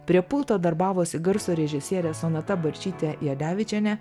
prie pulto darbavosi garso režisierė sonata balsytė jadevičienė